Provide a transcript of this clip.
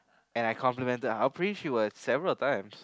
and I complimented her how pretty she was several times